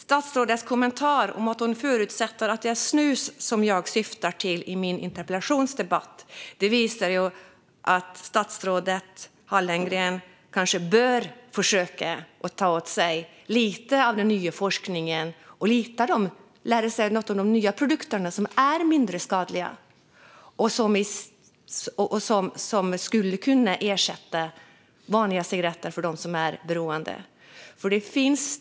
Statsrådets kommentar om att hon förutsätter att det är snus jag syftar på i denna debatt visar att statsrådet nog bör försöka att ta åt sig lite av den nya forskningen och lära sig något om de nya, mindre skadliga, produkter som skulle kunna ersätta vanliga cigaretter för dem som är beroende.